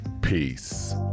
Peace